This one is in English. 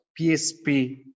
PSP